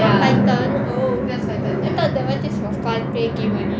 that's python oh I thought that [one] just for fun play game only